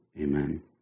Amen